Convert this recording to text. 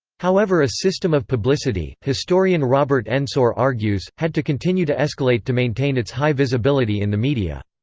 however a system of publicity, historian robert ensor argues, had to continue to escalate to maintain its high visibility in the media.